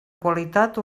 qualitat